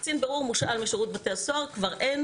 קצין בירור מושאל משירות בתי הסוהר, כבר אין